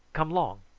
come long.